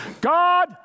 God